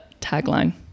tagline